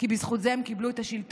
כי בזכות זה הם קיבלו את השלטון,